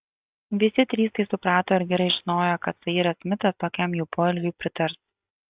visi trys tai suprato ir gerai žinojo kad sairas smitas tokiam jų poelgiui pritars